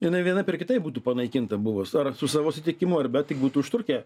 jinai vienaip ar kitaip būtų panaikinta buvus ar su savo sutikimu ar be tik būtų užtrukę